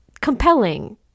compelling